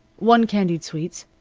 one candied sweets.